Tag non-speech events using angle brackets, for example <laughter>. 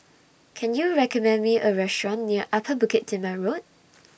Can YOU recommend Me A Restaurant near Upper Bukit Timah Road <noise>